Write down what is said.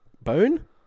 bone